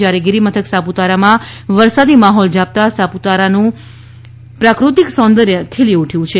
જયારે ગિરિમથક સાપુતારામાં વરસાદી માહોલ જામતા સાપુતારાનું પ્રાફતિક સૌંદર્ય ખીલી ઉઠ્યું છે